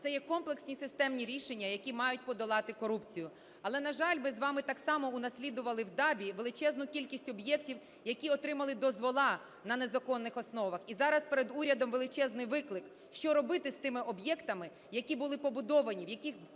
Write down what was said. Це є комплексні системні рішення, які мають подолати корупцію. Але, на жаль, ми з вами так само унаслідували в ДАБІ величезну кількість об'єктів, які отримали дозволи на незаконних основах. І зараз перед урядом величезний виклик, що робити з тими об'єктами, які були побудовані, в деяких